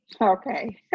okay